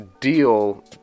deal